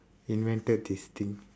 invented this thing